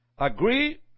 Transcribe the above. Agree